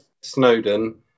Snowden